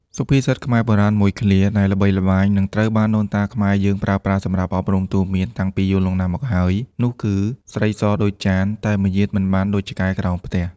សុភាសិតខ្មែរបុរាណមួយឃ្លាដែលល្បីល្បាញ និងត្រូវបានដូនតាខ្មែរយើងប្រើប្រាស់សម្រាប់អប់រំទូន្មានតាំងពីយូរលង់ណាស់មកហើយនោះគឺ "ស្រីសដូចចាន តែមាយាទមិនបានដូចឆ្កែក្រោមផ្ទះ"។